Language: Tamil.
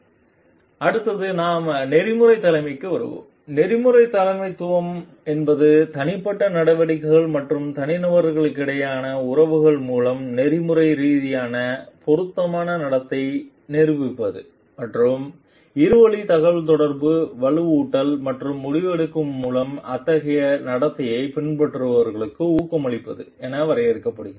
ஸ்லைடு நேரம் 2717 பார்க்கவும் அடுத்து நாம் நெறிமுறை தலைமைக்கு வருவோம் நெறிமுறை தலைமைத்துவம் என்பது தனிப்பட்ட நடவடிக்கைகள் மற்றும் தனிநபர்களுக்கிடையிலான உறவுகள் மூலம் நெறிமுறை ரீதியாக பொருத்தமான நடத்தையை நிரூபிப்பது மற்றும் இருவழி தகவல்தொடர்பு வலுவூட்டல் மற்றும் முடிவெடுக்கும் மூலம் அத்தகைய நடத்தையை பின்பற்றுபவர்களுக்கு ஊக்குவிப்பது என வரையறுக்கப்படுகிறது